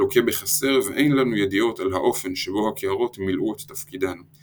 לוקה בחסר ואין לנו ידיעות על האופן שבו הקערות מילאו את תפקידן.